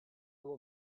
will